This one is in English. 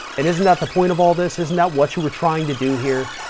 and isn't that the point of all this? isn't that what you were trying to do here?